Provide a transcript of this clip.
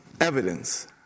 evidence